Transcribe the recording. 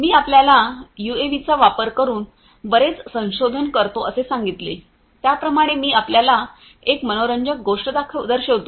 मी आपल्याला यूएव्हीचा वापर करून बरेच संशोधन करतो असे सांगितले त्याप्रमाणे मी आपल्याला एक मनोरंजक गोष्ट दर्शवितो